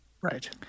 Right